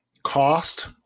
cost